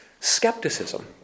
Skepticism